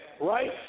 right